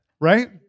Right